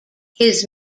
his